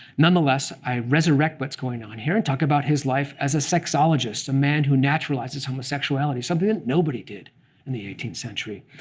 nonetheless, i resurrect what's going on here and talk about his life as a sexologist a man who naturalizes homosexuality, something that nobody did in the eighteenth century.